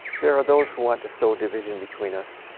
there are those who want to sow division between us.